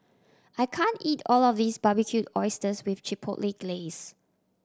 I can't eat all of this Barbecued Oysters with Chipotle Glaze